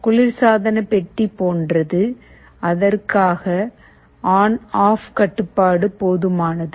குளிர்சாதன பெட்டி போன்றது அதற்காக ஆன் ஆஃப் கட்டுப்பாடு போதுமானது